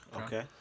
Okay